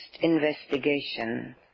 investigation